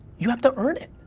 you have to earn it.